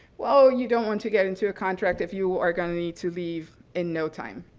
well, you don't want to get into a contract if you are going to need to leave in no time.